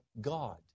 God